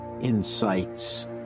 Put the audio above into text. insights